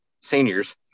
seniors